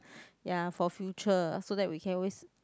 ya for future so that we can always